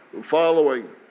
following